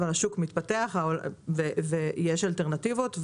אבל השוק מתפתח ויש אלטרנטיבות.